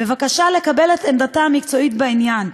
בבקשה לקבל את עמדתה המקצועית בעניין,